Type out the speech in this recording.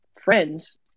Friends